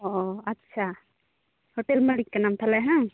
ᱚᱻ ᱟᱪᱪᱷᱟ ᱦᱳᱴᱮᱞ ᱢᱟᱹᱞᱤᱠ ᱠᱟᱱᱟᱢ ᱛᱟᱦᱚᱞᱮ ᱵᱟᱝ